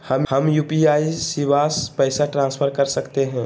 हम यू.पी.आई शिवांश पैसा ट्रांसफर कर सकते हैं?